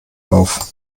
auf